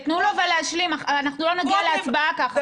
תנו לו להשלים, אנחנו לא נגיע להצבעה ככה, חברים.